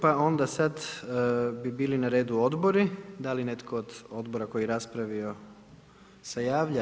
Pa onda sad bi bili na redu odboru, da li netko od odbora koji je raspravio, se javlja?